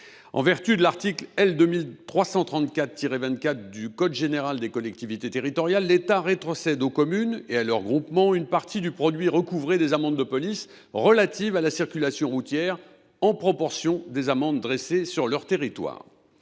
En vertu de l’article L. 2334 24 du code général des collectivités territoriales (CGCT), l’État rétrocède aux communes et à leurs groupements une partie du produit recouvré des amendes de police relatives à la circulation routière, à proportion des amendes dressées sur leur territoire.